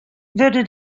wurde